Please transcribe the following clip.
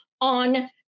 on